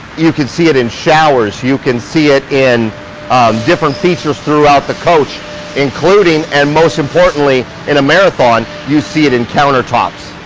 you can see it in showers. you can see it in different features throughout the coach including and most importantly, in a marathon, you see it in countertops.